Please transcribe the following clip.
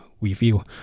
review